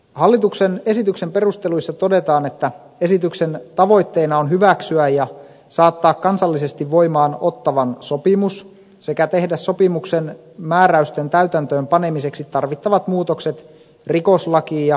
hallituksen esityksen perusteluissa todetaan että esityksen tavoitteena on hyväksyä ja saattaa kansallisesti voimaan ottawan sopimus sekä tehdä sopimuksen määräysten täytäntöönpanemiseksi tarvittavat muutokset rikoslakiin ja pakkokeinolakiin